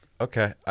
Okay